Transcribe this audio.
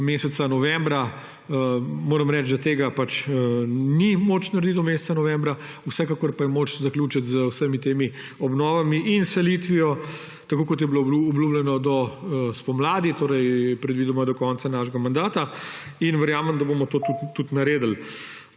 meseca novembra, moram reči, da tega pač ni moč narediti do meseca novembra, vsekakor pa je moč zaključiti z vsemi temi obnovami in selitvijo, tako kot je bilo obljubljeno, do spomladi, torej predvidoma do konca našega mandata. Verjamem, da bomo to tudi naredili.